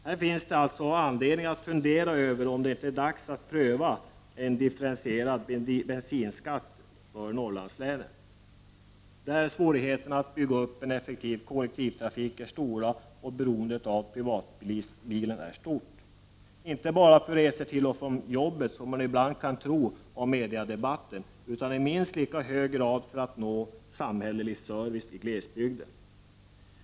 Här finns det alltså anledning att fundera om det inte är dags att pröva systemet med en differentierad bensinskatt för Norrlandslänen, där svårigheterna att bygga upp en effektiv kollektivtrafik är stora och beroendet av privatbilen är stort — inte bara för resor till och från jobbet, som man ibland kan tro att döma av mediadebatten utan i minst lika hög grad också för att kunna nå all samhällelig service i glesbygden.